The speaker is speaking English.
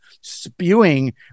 spewing